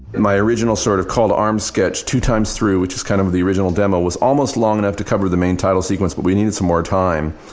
my original sort of call to arms sketch, two times through, which is kind of the original demo was almost long enough to cover the main title sequence but we needed some more time.